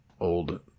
old